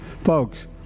Folks